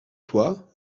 toi